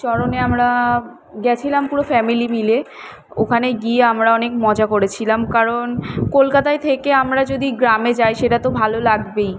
চরণে আমরা গেছিলাম পুরো ফ্যামিলি মিলে ওখানে গিয়ে আমরা অনেক মজা করেছিলাম কারণ কলকাতায় থেকে আমরা যদি গ্রামে যাই সেটা তো ভালো লাগবেই